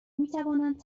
میتوانند